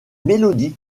mélodies